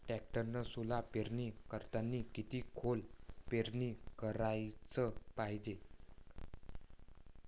टॅक्टरनं सोला पेरनी करतांनी किती खोल पेरनी कराच पायजे?